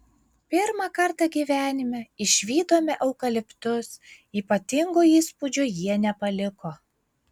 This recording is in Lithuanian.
pirmą kartą gyvenime išvydome eukaliptus ypatingo įspūdžio jie nepaliko